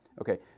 Okay